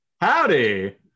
Howdy